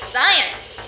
Science